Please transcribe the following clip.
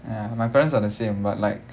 ya my parents are the same but like